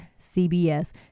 CBS